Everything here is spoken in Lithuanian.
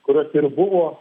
kurios ir buvo